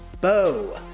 Bo